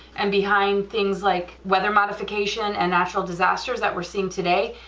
and behind things like weather modification, and natural disasters that we're seeing today,